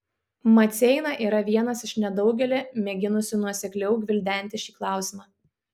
maceina yra vienas iš nedaugelio mėginusių nuosekliau gvildenti šį klausimą